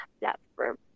platform